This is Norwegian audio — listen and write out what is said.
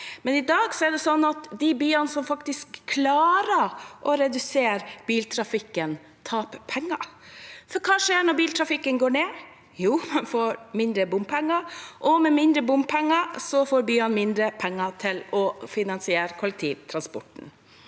i dag er det sånn at de byene som faktisk klarer å redusere biltrafikken, taper penger. For hva skjer når biltrafikken går ned? Jo, man får mindre bompenger, og med mindre bompenger får byene mindre penger til å finansiere kollektivtransporten.